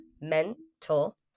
mental